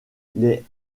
les